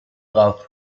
graf